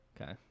Okay